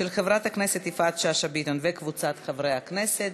של חברת הכנסת יפעת שאשא ביטון וקבוצת חברי הכנסת.